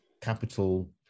capital